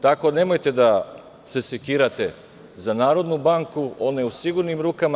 Tako, nemojte da se sekirate za Narodnu banku, ona je u sigurnim rukama.